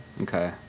Okay